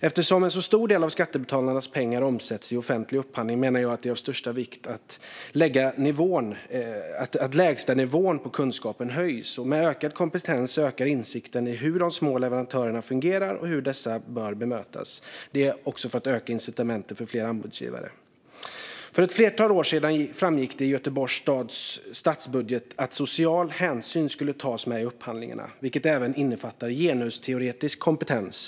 Eftersom en så stor del av skattebetalarnas pengar omsätts i offentlig upphandling menar jag att det är av största vikt att lägstanivån på kunskapen höjs. Med ökad kompetens ökar insikten om hur de små leverantörerna fungerar och hur de bör bemötas, detta för att öka incitamenten för fler anbudsgivare. För ett flertal år sedan framgick det i Göteborgs stadsbudget att social hänsyn skulle tas med i upphandlingar, vilket även innefattar genusteoretisk kompetens.